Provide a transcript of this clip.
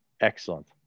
Excellent